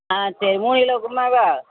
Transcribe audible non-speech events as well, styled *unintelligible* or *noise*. ஆ சரி மூணு கிலோ *unintelligible*